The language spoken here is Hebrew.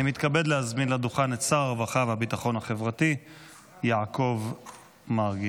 אני מתכבד להזמין לדוכן את שר הרווחה והביטחון החברתי יעקב מרגי.